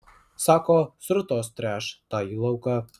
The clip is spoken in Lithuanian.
sako srutos tręš tąjį lauką